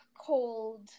cold